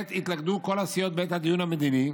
עת התלכדו כל הסיעות בעת הדיון המדיני.